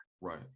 Right